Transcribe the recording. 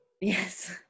Yes